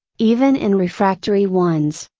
even in refractory ones,